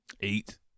Eight